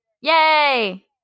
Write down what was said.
Yay